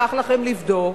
ייקח לכם לבדוק?